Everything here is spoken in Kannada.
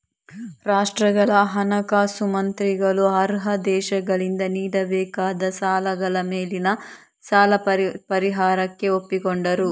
ರಾಷ್ಟ್ರಗಳ ಹಣಕಾಸು ಮಂತ್ರಿಗಳು ಅರ್ಹ ದೇಶಗಳಿಂದ ನೀಡಬೇಕಾದ ಸಾಲಗಳ ಮೇಲಿನ ಸಾಲ ಪರಿಹಾರಕ್ಕೆ ಒಪ್ಪಿಕೊಂಡರು